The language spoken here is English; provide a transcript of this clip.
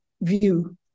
view